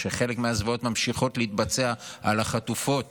וחלק מהזוועות ממשיכות להתבצע על החטופות